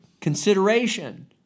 consideration